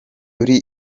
uri